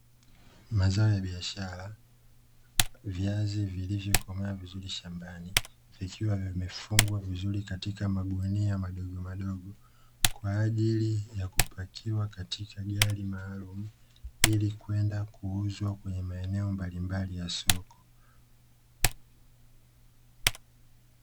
Mazao ya biashara viazi vilivyokomaa vizuri shambani, vikiwa vimefungwa vizuri katika magunia madogomadogo kwa ajili ya kupakiwa katika gari maalumu, ili kwenda kuuzwa katika maeneo mbalimbali ya soko.